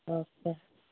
okay